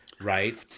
right